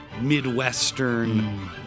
Midwestern